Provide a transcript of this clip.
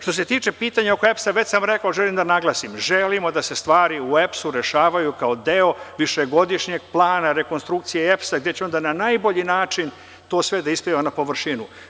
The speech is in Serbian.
Što se tiče pitanja oko EPS-a, već sam rekao, ali želim da naglasim da želimo da se stvari u EPS-u rešavaju kao deo višegodišnjeg plana rekonstrukcije EPS-a, gde će onda na najbolji način to sve da ispliva na površinu.